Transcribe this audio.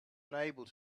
unable